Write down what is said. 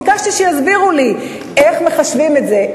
ביקשתי שיסבירו לי איך מחשבים את זה,